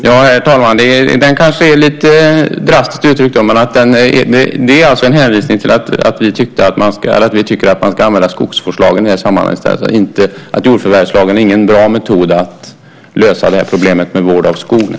Herr talman! Ja, det kanske är lite drastiskt uttryckt, men det är med hänvisning till att vi tycker att man ska använda skogsvårdslagen i stället i det här sammanhanget. Jordförvärvslagen är ingen bra metod att lösa problemet med vård av skogen.